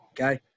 okay